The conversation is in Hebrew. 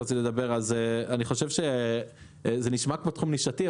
זה נשמע כמו תחום נישתי,